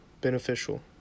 beneficial